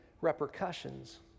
repercussions